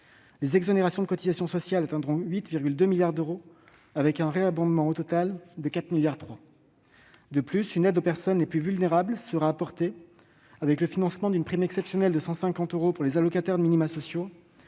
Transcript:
Les exonérations de cotisations sociales atteindront 8,2 milliards d'euros, avec un réabondement, au total, de 4,3 milliards d'euros. De plus, une aide sera apportée aux personnes les plus vulnérables, avec le financement d'une prime exceptionnelle de 150 euros pour les allocataires de minima sociaux,